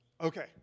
Okay